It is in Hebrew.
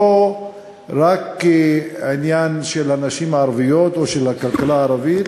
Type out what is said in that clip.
זה לא עניין רק של הנשים הערביות או של הכלכלה הערבית.